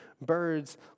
birds